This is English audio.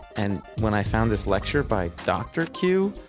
and when i found this lecture by dr. queue,